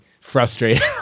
frustrated